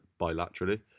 bilaterally